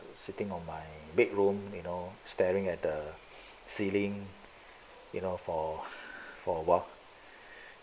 sitting on my bedroom you know staring at the ceiling you know for for awhile